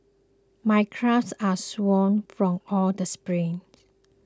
my calves are sore from all the sprints